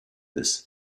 this